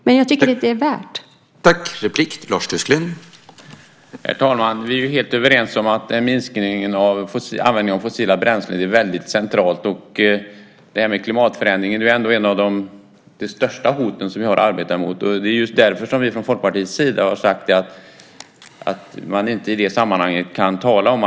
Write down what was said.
Men jag tycker att det är värt det.